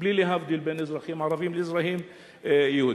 בלי להבדיל בין אזרחים ערבים לאזרחים יהודים.